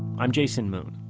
i'm jason moon